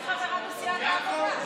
אני חברה בסיעת העבודה.